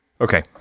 Okay